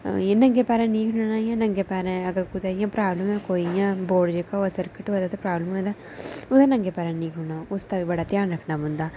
नंगे पैरें निं होना इ'यां नंगे पैरें अगर कुतै प्राब्लम ऐ कोई बोर्ड जेह्का होऐ सर्किट होऐ दा प्राब्लम होऐ ते उत्थै नंगे पैरें निं खड़ोना बड़ा ध्यान रखना पौंदा